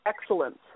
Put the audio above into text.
excellence